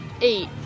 eight